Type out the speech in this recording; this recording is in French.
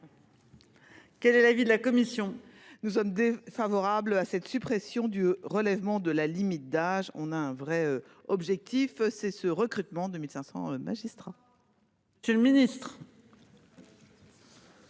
Quel est l'avis de la commission. Nous sommes favorables à cette suppression du relèvement de la limite d'âge, on a un vrai objectif c'est ce recrutement de 1500 magistrat. C'est le ministre.